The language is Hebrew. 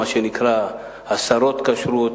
מה שנקרא הסרות כשרות,